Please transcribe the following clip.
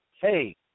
Hey